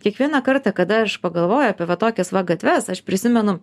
kiekvieną kartą kada aš pagalvoju apie va tokias va gatves aš prisimenu